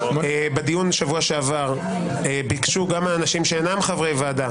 בדיון בשבוע שעבר ביקשו גם מאנשים שאינם חברי ועדה,